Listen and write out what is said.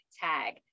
tag